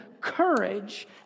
courage